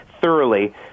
thoroughly